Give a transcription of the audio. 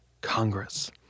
Congress